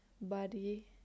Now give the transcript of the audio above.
body